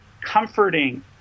comforting